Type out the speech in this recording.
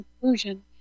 conclusion